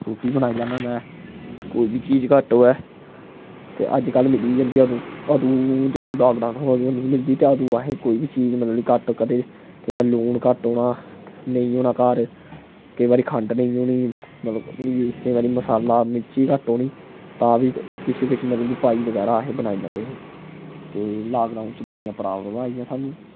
रुट्टी बनाई लैन्ना में ते कोई बी चीज घट्ट होऐ ते अज्जकल मिली बी जंदी ऐ अंदू अदूं जंदू लाकडाउन हा अंदू हैनी ही ही मिलदी ते अंदू असें कोई बी चीज मतलब कि घट्ट केईं बारी लून घट्ट होना नेईं होना घर केईं बारी खंड नेईं होनी मतलब कि केईं बारी मसाला मिर्ची घट्ट होनी तां बी किश किश मतलब कि पाई बगैरा अस बनाई लैंदे हे ते लाकडाउन च बड़ियां प्राब्लमां आइयां सानूं